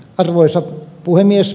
arvoisa puhemies